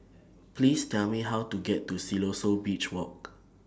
Please Tell Me How to get to Siloso Beach Walk